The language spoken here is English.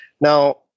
Now